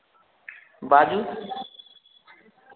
बाजू